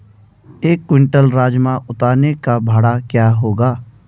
एक क्विंटल राजमा उतारने का भाड़ा क्या होगा?